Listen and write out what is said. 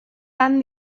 tan